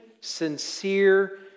sincere